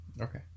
Okay